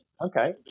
Okay